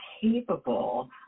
capable